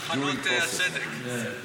טחנות הצדק.